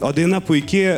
o daina puiki